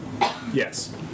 Yes